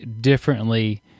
differently